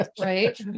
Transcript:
right